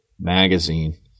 magazine